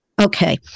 Okay